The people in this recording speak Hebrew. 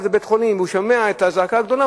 בבית-חולים והוא שומע את הזעקה הגדולה,